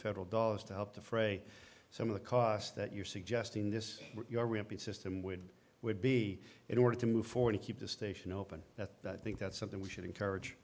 federal dollars to help defray some of the costs that you're suggesting this your repeat system would would be in order to move forward to keep the station open that that i think that's something we should encourage